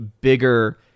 bigger